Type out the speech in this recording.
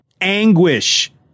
anguish